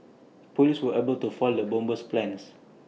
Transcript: Police were able to foil the bomber's plans